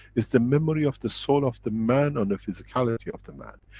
it's the memory of the soul of the man on the physicality of the man.